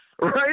right